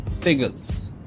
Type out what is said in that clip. figures